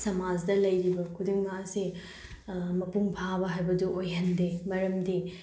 ꯁꯃꯥꯖꯇ ꯂꯩꯔꯤꯕ ꯈꯨꯗꯤꯡꯃꯛ ꯑꯁꯤ ꯃꯄꯨꯡ ꯐꯥꯕ ꯍꯥꯏꯕꯗꯨ ꯑꯣꯏꯍꯟꯗꯦ ꯃꯔꯝꯗꯤ